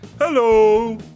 Hello